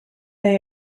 they